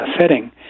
setting